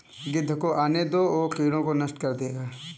गिद्ध को आने दो, वो कीड़ों को नष्ट कर देगा